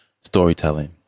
storytelling